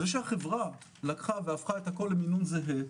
זה שהחברה הפכה הכול למינון זהה,